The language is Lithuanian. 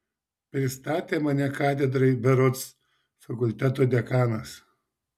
pristatė mane katedrai berods fakulteto dekanas